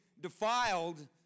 defiled